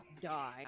die